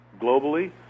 globally